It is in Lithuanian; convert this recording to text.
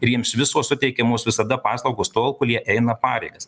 ir jiems visos suteikiamos visada paslaugos tol kol jie eina pareigas